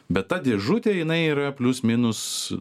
bet ta dėžutė jinai yra plius minus